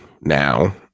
now